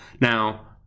Now